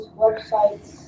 websites